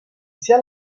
sia